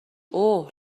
اوه